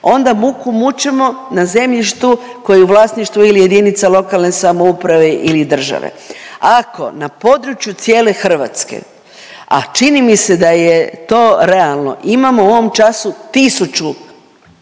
Onda muku mučimo na zemljištu koje je u vlasništvu ili JLS ili države. Ako na području cijele RH, a čini mi se da je to realno, imamo u ovom času tisuću,